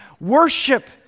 Worship